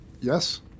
Yes